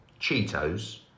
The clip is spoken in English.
Cheetos